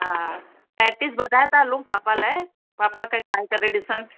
हा पेटिस ॿधाए था हलूं पापा लाइ पापा के खाई करे ॾिसनि